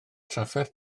trafferth